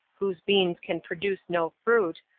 whose beams can produce no fruit,